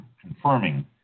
confirming